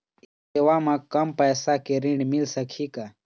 ये सेवा म कम पैसा के ऋण मिल सकही का?